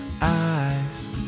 eyes